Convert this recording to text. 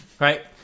Right